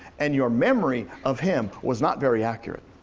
and your memory of him was not very accurate.